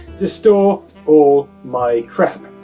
to store all my crap.